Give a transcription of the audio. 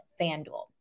FanDuel